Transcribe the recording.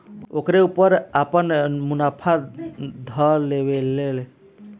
ओकरे ऊपर आपन मुनाफा ध लेवेला लो